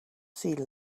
sea